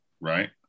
right